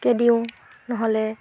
কে দিও নহ'লে